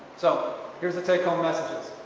so here is the take home messages